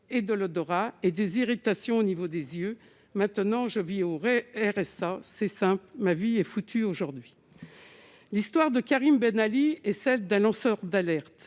et de l'odorat et des irritations au niveau des yeux maintenant je vis aurait RSA c'est ça, ma vie est foutue, aujourd'hui l'histoire de Karim Ben Ali et celle d'un lanceur d'alerte